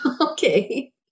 Okay